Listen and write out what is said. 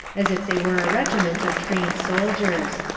as if they were a regiment of trained soldiers.